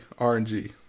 RNG